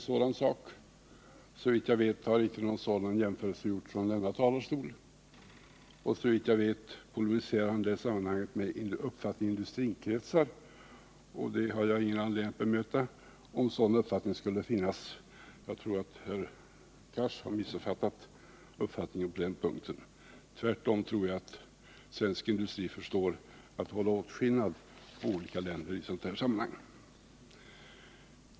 Såvitt jag vet har ingen sådan jämförelse gjorts från denna talarstol, och såvitt jag minns polemiserade han i det sammanhanget med en uppfattning i industrikretsar, och det har jag ingen anledning att bemöta — om en sådan uppfattning skulle finnas, jag tror att herr Cars har missuppfattat detta. Tvärtom tror jag att svensk industri förstår att göra åtskillnad mellan olika länder i sådana här sammanhang.